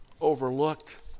overlooked